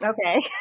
Okay